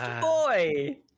boy